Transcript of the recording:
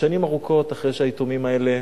שנים ארוכות אחרי שהיתומים האלה